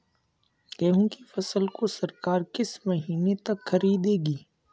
गेहूँ की फसल को सरकार किस महीने तक खरीदेगी?